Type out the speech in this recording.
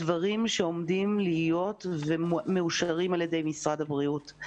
הדברים שעומדים להיות מאושרים על ידי משרד הבריאות.